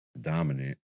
dominant